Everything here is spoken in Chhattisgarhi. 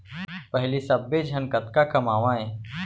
पहिली सब्बे झन कतका कमावयँ